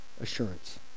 assurance